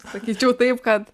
sakyčiau taip kad